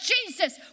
Jesus